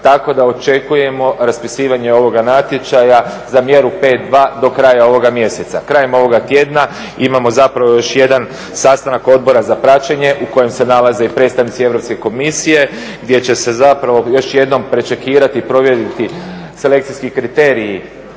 tako da očekujemo raspisivanje ovoga natječaja za mjeru P2 do kraja ovoga mjeseca. Krajem ovoga tjedna imamo zapravo još jedan sastanak Odbora za praćenje u kojem se nalaze i predstavnici Europske komisije gdje će se zapravo još jednom prečekirati, provjeriti selekcijski kriteriji